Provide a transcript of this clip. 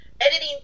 editing